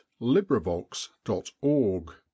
librivox.org